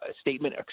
statement